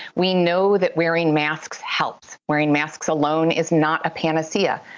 we know that wearing masks helps. wearing masks alone is not a panacea.